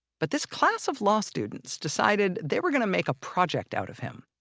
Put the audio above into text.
but this class of law students decided they were going to make a project out of him.